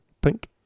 Pink